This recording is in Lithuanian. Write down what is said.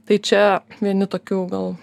tai čia vieni tokių gal